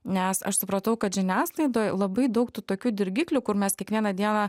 nes aš supratau kad žiniasklaidoj labai daug tų tokių dirgiklių kur mes kiekvieną dieną